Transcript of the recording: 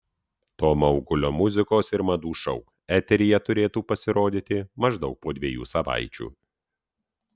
tomo augulio muzikos ir madų šou eteryje turėtų pasirodyti maždaug po dviejų savaičių